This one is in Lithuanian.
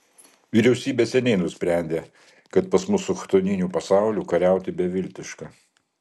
vyriausybė seniai nusprendė kad pas mus su chtoniniu pasauliu kariauti beviltiška